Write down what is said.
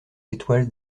étoiles